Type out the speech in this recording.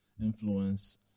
influence